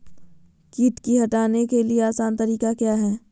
किट की हटाने के ली आसान तरीका क्या है?